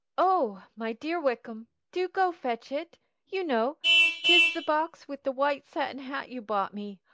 oh, my dear wickham, do go fetch it you know tis the box with the white satin hat you bought me.